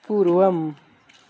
पूर्वम्